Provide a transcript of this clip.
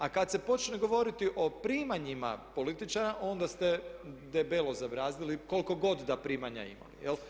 A kad se počne govoriti o primanjima političara onda ste debelo zabrazdili koliko god da primanja imali.